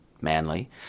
Manly